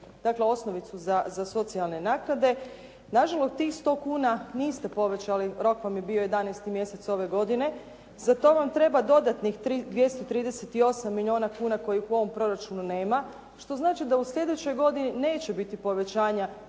dakle osnovicu za socijalne naknade. Nažalost, tih 100 kuna niste povećali. Rok vam je bio 11. mjesec ove godine. Za to vam treba dodatnih 238 milijuna kuna kojih u ovom proračunu nema, što znači da u sljedećoj godini neće biti povećanja